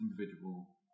individual